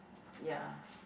ya